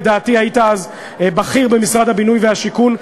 לדעתי היית אז בכיר במשרד הבינוי והשיכון,